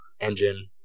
Engine